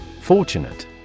FORTUNATE